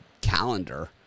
calendar